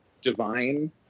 divine